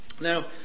Now